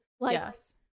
Yes